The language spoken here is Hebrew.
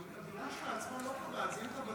המהירות כשלעצמה לא פוגעת,